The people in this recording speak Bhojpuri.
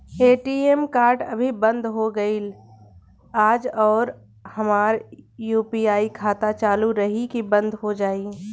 ए.टी.एम कार्ड अभी बंद हो गईल आज और हमार यू.पी.आई खाता चालू रही की बन्द हो जाई?